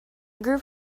group